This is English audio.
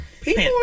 people